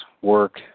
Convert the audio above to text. work